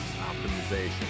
optimization